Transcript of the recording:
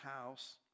house